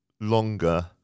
longer